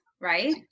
right